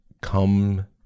come